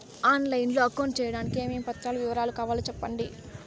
On line లో account సేయడానికి ఏమేమి పత్రాల వివరాలు కావాలో సెప్పండి?